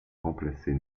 remplacer